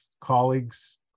colleagues